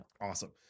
Awesome